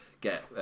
get